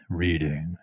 reading